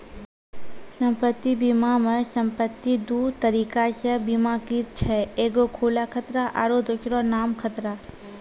सम्पति बीमा मे सम्पति दु तरिका से बीमाकृत छै एगो खुला खतरा आरु दोसरो नाम खतरा